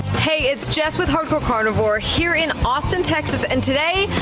hey it's just with harper part of or here in austin texas and today,